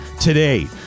today